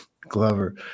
glover